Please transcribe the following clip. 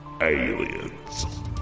Aliens